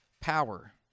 power